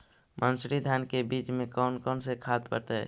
मंसूरी धान के बीज में कौन कौन से खाद पड़तै?